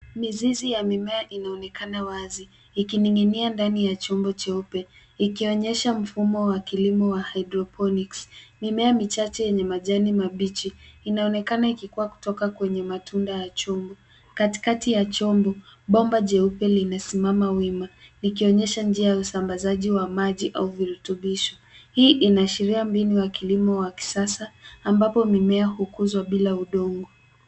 Mizizi ya mimea inaonekana wazi ikining'inia ndani ya chombo cheupe ikionyesha mfumo wa kilimo wa hydroponics . Mimea michache yenye majani mabichi inaonekana ikikua kutoka kwenye matunda ya chombo. Katikati ya chombo, bomba jeupe linasimama wima, likionyesha njia ya usambazaji wa maji au virutubisho. Hii inaashiria mbinu ya kilimo wa kisasa ambapo mimea hukuzwa bila udongo.